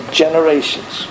generations